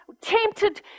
tempted